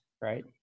right